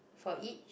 for each